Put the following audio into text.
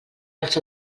els